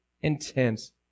intense